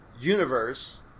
universe